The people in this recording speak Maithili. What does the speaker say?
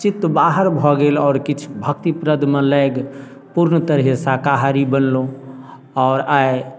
चित्त बाहर भऽ गेल आओर किछु भक्तिप्रदमे लागि पूर्ण तरहे शाकाहारी बनलहुँ आओर आइ